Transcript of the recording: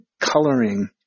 coloring